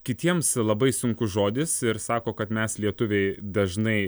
kitiems labai sunkus žodis ir sako kad mes lietuviai dažnai